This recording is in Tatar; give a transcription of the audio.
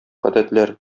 гадәтләр